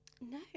No